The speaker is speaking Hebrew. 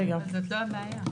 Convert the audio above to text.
אז אותה בעיה.